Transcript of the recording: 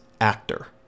actor